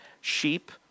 sheep